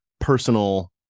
personal